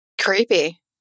Creepy